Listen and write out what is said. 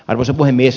arvoisa puhemies